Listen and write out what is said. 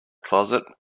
closet